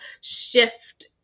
shift